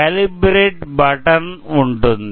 calibrate button ఉంటుంది